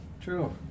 True